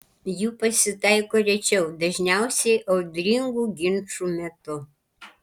jų pasitaiko rečiau dažniausiai audringų ginčų metu